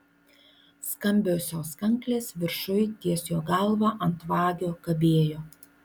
skambiosios kanklės viršuj ties jo galva ant vagio kabėjo